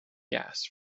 gas